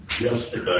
yesterday